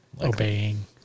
obeying